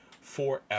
forever